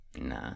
Nah